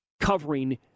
covering